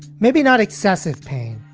maybe not excessive pain,